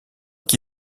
qui